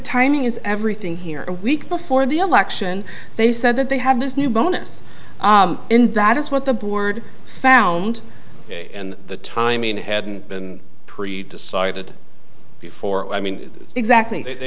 timing is everything here a week before the election they said that they have this new bonus in that is what the board found in the time mean it hadn't been pre decided before i mean exactly they